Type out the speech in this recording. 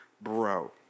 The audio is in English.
Bro